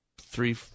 three